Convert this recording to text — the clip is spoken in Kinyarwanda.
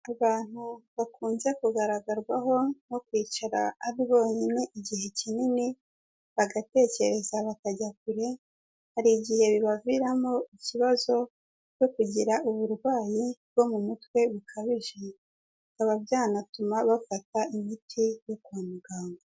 Abantu bakunze kugaragarwaho nko kwicara ari bonyine igihe kinini, bagatekereza bakajya kure hari igihe bibaviramo ikibazo cyo kugira uburwayi bwo mu mutwe bikabije, bikaba byanatuma bafata imiti yo kwa muganga.